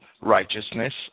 righteousness